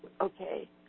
Okay